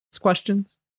questions